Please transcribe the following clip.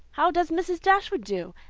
how does mrs. dashwood do?